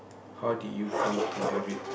how did you come to have it